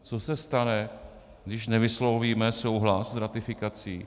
Co se stane, když nevyslovíme souhlas s ratifikací?